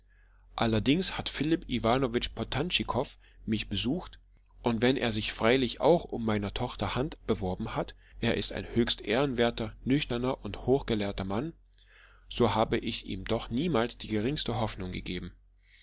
allerdings hat philipp iwanowitsch potantschikow mich besucht und wenn er sich freilich auch um meiner tochter hand beworben hat er ist ein höchst ehrenwerter nüchterner und hochgelehrter mann so habe ich ihm doch niemals die geringste hoffnung gegeben